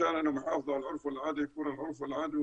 המנהיגות הערבית ברמה הפוליטית וברמה השבטית להתאחד